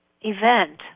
event